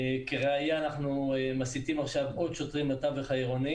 כראיה אנחנו מסיטים עכשיו עוד שוטרים לתווך העירוני